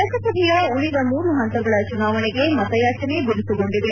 ಲೋಕಸಭೆಯ ಉಳಿದ ಮೂರು ಹಂತಗಳ ಚುನಾವಣೆಗೆ ಮತಯಾಚನೆ ಬಿರುಸುಗೊಂಡಿದೆ